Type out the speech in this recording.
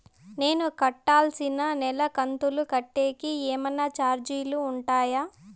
నేను కట్టాల్సిన నెల కంతులు కట్టేకి ఏమన్నా చార్జీలు ఉంటాయా?